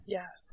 Yes